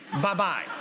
Bye-bye